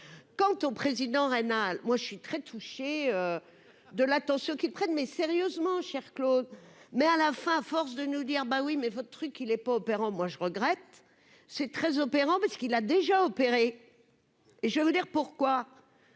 quant au président Reynal, moi je suis très touché de la tension qu'prennent mais sérieusement, cher Claude, mais à la fin, à force de nous dire : ben oui, mais votre truc, il est pas opérant, moi je regrette, c'est très opérants parce qu'il a déjà opéré, je veux dire pourquoi à